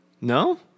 No